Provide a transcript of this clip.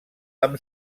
amb